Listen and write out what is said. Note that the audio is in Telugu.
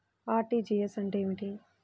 అర్.టీ.జీ.ఎస్ అంటే ఏమిటి?